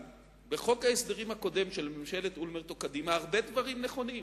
בחוק ההסדרים הקודם של ממשלת אולמרט או קדימה מצאנו הרבה דברים נכונים.